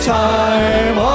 time